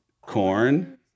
Corn